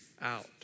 out